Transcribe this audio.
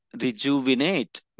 rejuvenate